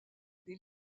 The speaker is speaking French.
des